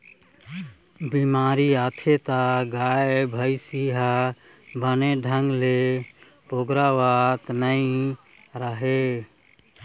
बेमारी आथे त गाय, भइसी ह बने ढंग ले पोगरावत नइ रहय